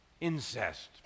incest